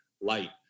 light